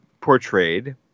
portrayed